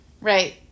Right